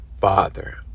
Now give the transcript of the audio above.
father